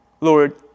Lord